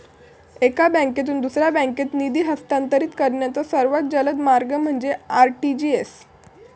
एका बँकेतून दुसऱ्या बँकेत निधी हस्तांतरित करण्याचो सर्वात जलद मार्ग म्हणजे आर.टी.जी.एस